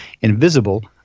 invisible